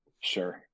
sure